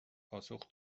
پاسخ